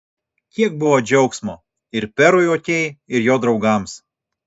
kiek buvo džiaugsmo ir perui okei ir jo draugams